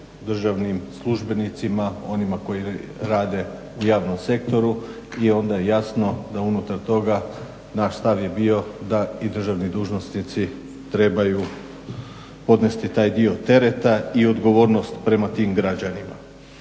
državnim službenicima, onima koji rade u javnom sektoru i onda je jasno da unutar toga naš stav je bio da i državni dužnosnici trebaju podnesti taj dio tereta i odgovornost prema tim građanima.